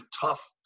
tough